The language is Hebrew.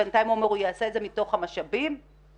בינתיים הוא אומר שהוא יעשה את זה מתוך המשאבים שיש לו,